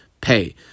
pay